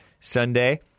Sunday